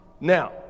now